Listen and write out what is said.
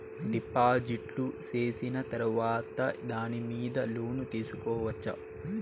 డిపాజిట్లు సేసిన తర్వాత దాని మీద లోను తీసుకోవచ్చా?